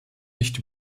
nicht